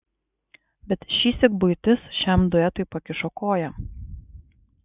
bet šįsyk buitis šiam duetui pakišo koją